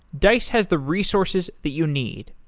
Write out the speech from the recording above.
dice has the resources that you need.